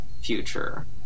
future